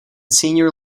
senior